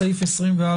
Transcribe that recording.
סעיף 24